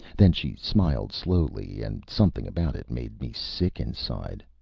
then she smiled slowly, and something about it made me sick inside.